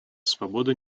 свободы